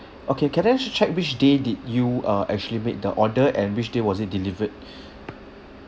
okay can I just check which day did you uh actually make the order and which day was it delivered